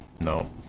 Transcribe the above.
No